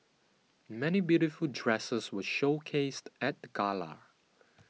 many beautiful dresses were showcased at the gala